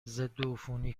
ضدعفونی